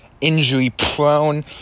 injury-prone